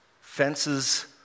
fences